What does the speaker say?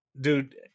dude